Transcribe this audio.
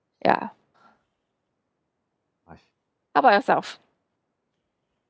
ya how about yourself